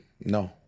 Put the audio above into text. No